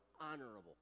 honorable